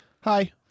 Hi